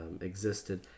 existed